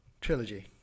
Trilogy